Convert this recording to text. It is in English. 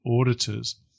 auditors